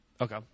okay